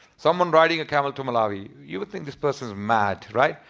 someone riding a camel to malawi. you would think this person's mad. right?